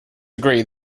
agree